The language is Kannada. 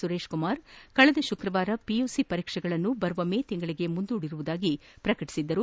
ಸುರೇಶ್ಕುಮಾರ್ ಕಳೆದ ಶುಕ್ರವಾರ ಪಿಯುಸಿ ಪರೀಕ್ಷೆಗಳನ್ನು ಬರುವ ಮೇ ತಿಂಗಳಿಗೆ ಮುಂದೂಡಿರುವುದಾಗಿ ಪ್ರಕಟಿಸಿದ್ದರು